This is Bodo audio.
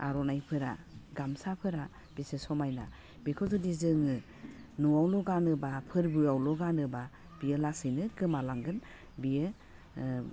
आर'नाइफोरा गामसाफोरा बेसे समायना बेखौ जुदि जोङो न'आवल' गानोबा फोरबोआवल' गानोबा बेयो लासैनो गोमालांगोन बेयो